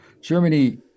Germany